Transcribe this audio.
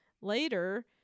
later